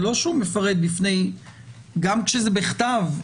גם כשזה בכתב,